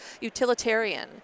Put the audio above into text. utilitarian